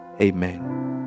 amen